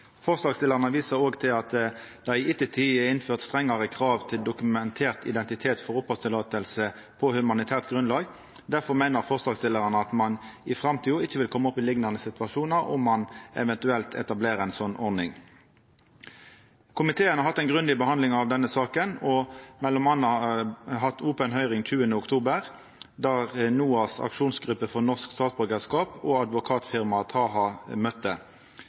Forslagsstillarane viser også til at det i ettertid er innført strengare krav til dokumentert identitet for opphaldsløyve på humanitært grunnlag. Difor meiner forslagsstillarane at ein i framtida ikkje vil koma opp i liknande situasjonar om ein eventuelt etablerer ei slik ordning. Komiteen har hatt ei grundig behandling av denne saka og m.a. hatt open høyring 20. oktober, der NOAS, Aksjonsgruppe for norsk statsborgerskap og advokatfirmaet Taha møtte. I behandlinga i komiteen knytt til denne saka har